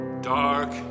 dark